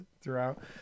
throughout